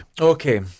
Okay